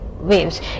waves